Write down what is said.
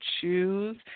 choose